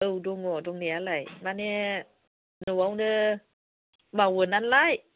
औ दङ दंनायालाय माने न'आवनो मावो नालाय